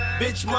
bitch